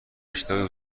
اشتباهی